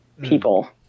people